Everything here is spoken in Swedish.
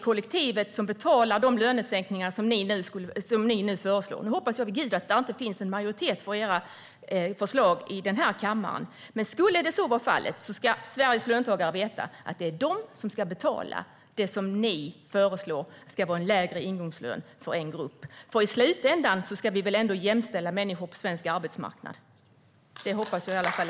Kollektivet betalar de lönesänkningar som ni nu föreslår. Nu hoppas jag vid Gud att det inte finns någon majoritet i den här kammaren för era förslag om lägre ingångslön för en grupp, men skulle så vara fallet ska Sveriges löntagare veta att det är de som ska betala. För i slutändan ska vi väl ändå jämställa människor på svensk arbetsmarknad? Det hoppas jag i alla fall.